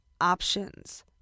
options